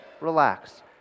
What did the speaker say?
Relax